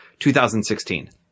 2016